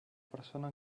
persona